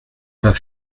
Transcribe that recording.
pas